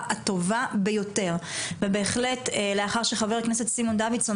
הטובה ביותר ובהחלט לאחר שחבר הכנסת סימון דוידסון